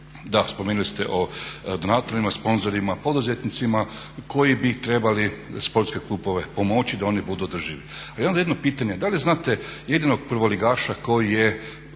da spomenuli ste o donatorima, sponzorima, poduzetnicima koji bi trebali sportske klubove pomoći da oni budu održivi. Ali onda jedno pitanje, da li znate jednog prvoligaša koji je